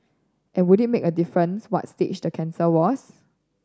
and would it make a difference what stage the cancer was